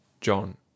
John